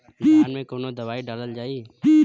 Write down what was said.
धान मे कवन दवाई डालल जाए?